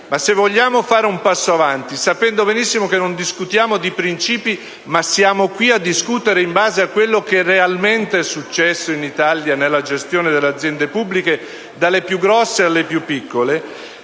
che se vogliamo fare un passo avanti, sapendo benissimo che non discutiamo di principi, ma stiamo a discutere in base a quello che realmente è successo in Italia nella gestione delle aziende pubbliche, dalle più grandi alle più piccole,